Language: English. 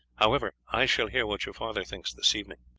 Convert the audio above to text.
however, i shall hear what your father thinks this evening.